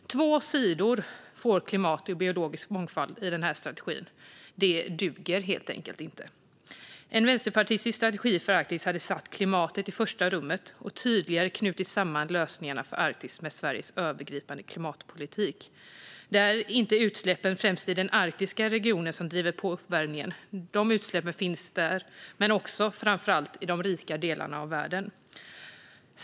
Två sidor får klimat och biologisk mångfald i strategin. Det duger helt enkelt inte. En vänsterpartistisk strategi för Arktis hade satt klimatet i första rummet och tydligare knutit samman lösningarna för Arktis med Sveriges övergripande klimatpolitik. Det är inte främst utsläppen i den arktiska regionen som driver på uppvärmningen. Utsläppen finns där också, men framför allt finns de i de rika delarna av världen.